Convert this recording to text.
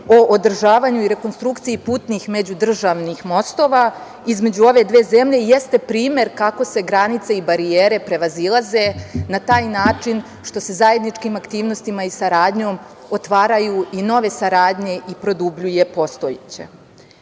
o održavanju i rekonstrukciji putnih međudržavnih mostova između ove dve zemlje jeste primer kako se granice i barijere prevazilaze na taj način što se zajedničkim aktivnostima i saradnjom otvaraju i nove saradnje i produbljuje postojeća. Ove